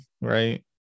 right